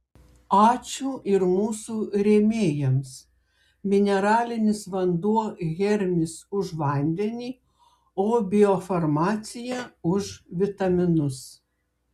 ačiū ir mūsų rėmėjams mineralinis vanduo hermis už vandenį o biofarmacija už vitaminus